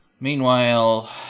Meanwhile